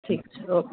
ઠીક છે ઓકે